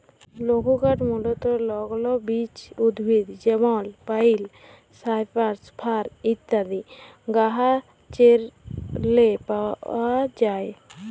লঘুকাঠ মূলতঃ লগ্ল বিচ উদ্ভিদ যেমল পাইল, সাইপ্রাস, ফার ইত্যাদি গাহাচেরলে পাউয়া যায়